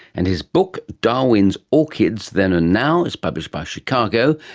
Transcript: and his book darwin's orchids then and now is published by chicago,